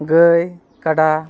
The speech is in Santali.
ᱜᱟᱹᱭ ᱠᱟᱰᱟ